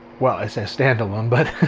well, it says standalone but